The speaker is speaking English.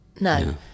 No